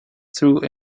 through